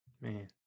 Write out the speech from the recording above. Man